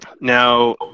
Now